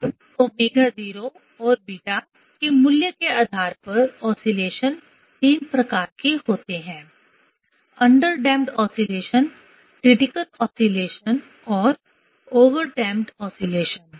अब ω0 और β के मूल्य के आधार पर ओसीलेशन तीन प्रकार के होते हैं under damped oscillation critical oscillation और ओवरडैंप्ड ऑस्लेशन